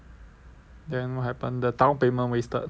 then what happen the down payment wasted